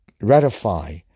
ratify